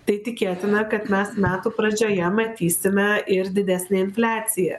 tai tikėtina kad mes metų pradžioje matysime ir didesnę infliaciją